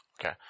Okay